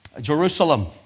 Jerusalem